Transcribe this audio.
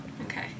Okay